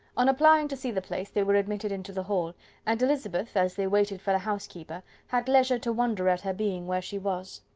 on applying to see the place, they were admitted into the hall and elizabeth, as they waited for the housekeeper, had leisure to wonder at her being where she was.